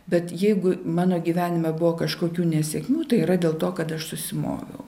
bet jeigu mano gyvenime buvo kažkokių nesėkmių tai yra dėl to kad aš susimoviau